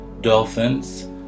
Dolphins